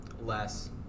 Less